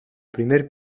primer